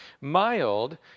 Mild